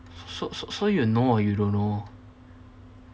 s~ s~ so you know or you don't know